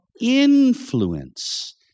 influence